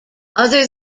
other